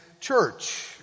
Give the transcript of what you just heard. church